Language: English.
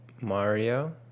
Mario